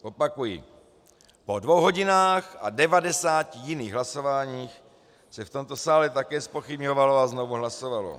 Opakuji po dvou hodinách a 90 jiných hlasováních se v tomto sále také zpochybňovalo a znovu hlasovalo.